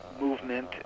movement